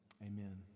Amen